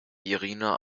irina